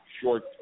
short